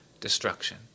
destruction